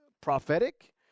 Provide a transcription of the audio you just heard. prophetic